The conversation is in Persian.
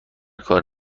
کار